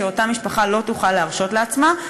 שאותה משפחה לא תוכל להרשות לעצמה,